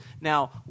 Now